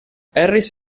harris